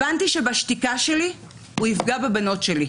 הבנתי שבשתיקה שלי הוא יפגע בבנות שלי.